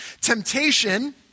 temptation